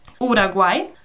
Uruguay